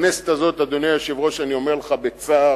הממשלה הזאת, אדוני היושב-ראש, אני אומר לך בצער,